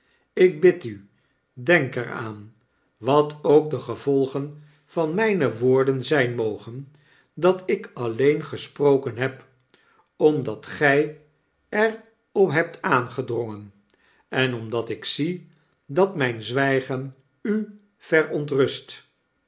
ik bid u denk er aan wat ook de gevolgen van myne woorden zyn mogen dat ik alleen gesproken heb omdat gy er op hebt aangedrongen en omdat ik zie dat mijn zwijgen u verontrust